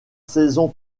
saison